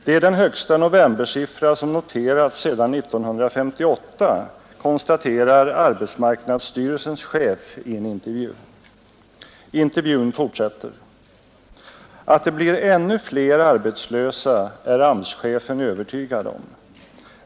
Det är den högsta novembersiffra som noterats sedan 1958, konstaterar arbetsmarknadsstyrelsens chef i en intervju. Intervjun fortsätter: ”Att det blir ännu fler arbetslösa är AMS-chefen övertygad om.